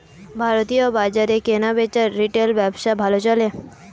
ভারতীয় বাজারে কেনাবেচার রিটেল ব্যবসা ভালো চলে